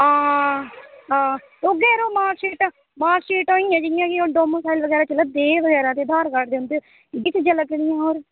आं आं उऐ यरो मार्कशीट मार्कशीटां होइयां जियां डेमोसाईल चला दे ते इयै ते आधार कार्ड बगैरा इयै चीज़ां लग्गनियां होर